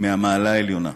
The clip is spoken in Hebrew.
מהמעלה העליונה.